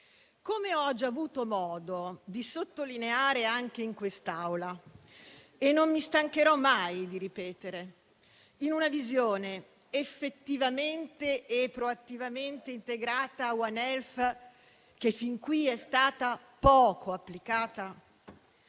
Come ho già avuto modo di sottolineare anche in quest'Aula - e non mi stancherò mai di ripetere - in una visione effettivamente e proattivamente integrata *one health*, che fin qui è stata poco applicata,